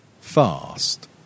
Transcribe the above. fast